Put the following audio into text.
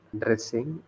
dressing